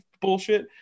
bullshit